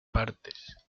partes